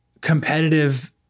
competitive